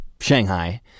Shanghai